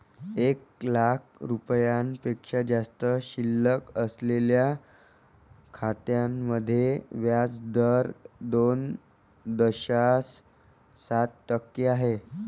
एक लाख रुपयांपेक्षा जास्त शिल्लक असलेल्या खात्यांमध्ये व्याज दर दोन दशांश सात टक्के आहे